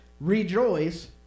rejoice